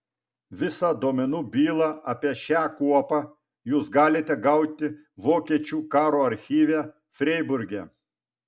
visą duomenų bylą apie šią kuopą jūs galite gauti vokiečių karo archyve freiburge